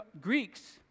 Greeks